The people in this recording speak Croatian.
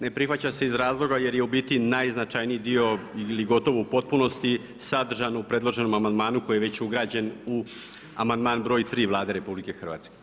Ne prihvaća se iz razloga jer je u biti najznačajniji dio ili gotovo u potpunosti sadržan u predloženom amandmanu koji je već ugrađen u amandman broj 3 Vlade RH.